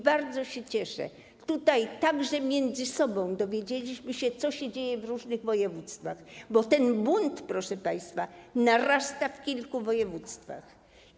Bardzo się cieszę, bo tutaj także między sobą dowiedzieliśmy się, co się dzieje w różnych województwach, bo ten bunt, proszę państwa, narasta w kilku województwach.